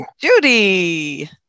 judy